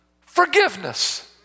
forgiveness